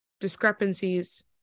discrepancies